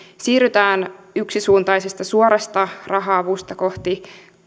siirrytään yksisuuntaisesta suorasta raha avusta kohti